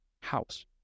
house